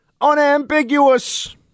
Unambiguous